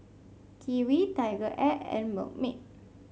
Kiwi TigerAir and Milkmaid